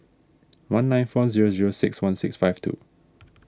one nine four zero zero six one six five two